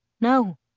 No